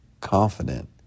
confident